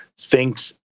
thinks